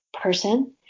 person